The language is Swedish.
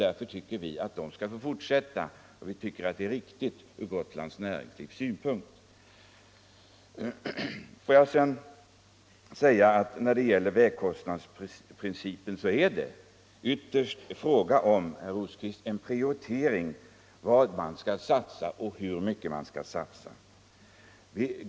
Därför anser vi att det bör få fortsätta med den verksamheten, och vi tycker det är viktigt även från gotländsk synpunkt. Får jag sedan när det gäller vägkostnadsprincipen säga till herr Rosqvist att det ytterst är en prioriteringsfråga vad man bör satsa på och hur mycket man vill satsa.